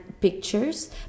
pictures